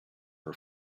her